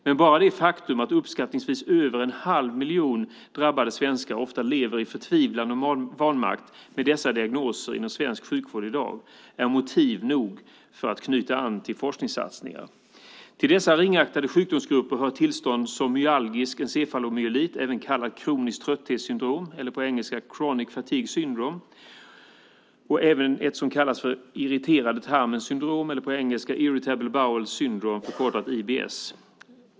Men bara det faktum att uppskattningsvis över en halv miljon drabbade svenskar ofta lever i förtvivlan och vanmakt med dessa diagnoser inom svensk sjukvård i dag är motiv nog för att knyta an till forskningssatsningar. Till dessa ringaktade sjukdomsgrupper hör tillstånd som myalgisk encefalomyelit eller kroniskt trötthetssyndrom, på engelska chronic fatigue syndrome, och så kallat irriterade tarmens syndrom eller irritable bowel syndrome, IBS.